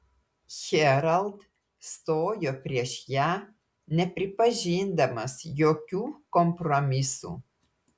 herald stojo prieš ją nepripažindamas jokių kompromisų